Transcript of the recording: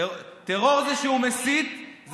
טרור זה שהוא מסית,